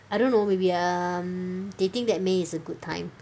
I don't know maybe um they think that May is a good time